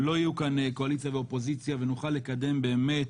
לא יהיו כאן קואליציה ואופוזיציה ונוכל לקדם באמת